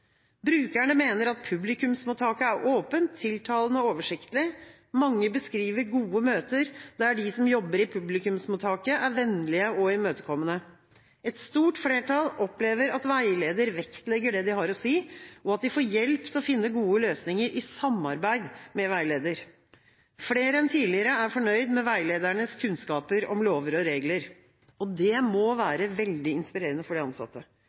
Brukerne mener at publikumsmottaket er åpent, tiltalende og oversiktlig. Mange beskriver gode møter, der de som jobber i publikumsmottaket, er vennlige og imøtekommende. Et stort flertall opplever at veileder vektlegger det de har å si, og at de får hjelp til å finne gode løsninger i samarbeid med veileder. Flere enn tidligere er fornøyd med veiledernes kunnskaper om lover og regler. Det må være veldig inspirerende for de ansatte.